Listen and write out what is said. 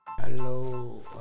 Hello